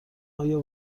آیا